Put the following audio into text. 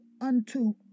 unto